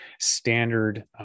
standard